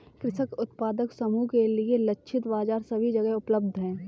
कृषक उत्पादक समूह के लिए लक्षित बाजार सभी जगह उपलब्ध है